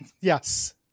Yes